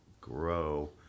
grow